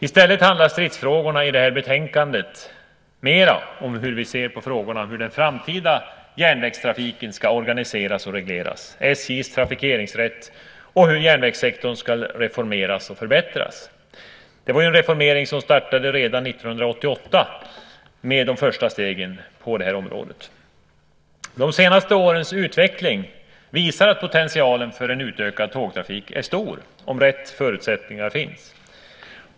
I stället handlar stridsfrågorna i det här betänkandet mer om hur vi ser på frågorna om hur den framtida järnvägstrafiken ska organiseras och regleras, SJ:s trafikeringsrätt och hur järnvägssektorn ska reformeras och förbättras. Det var en reformering som startade 1988 med de första stegen på det här området. De senaste årens utveckling visar att potentialen för en utökad tågtrafik är stor om rätt förutsättningar finns.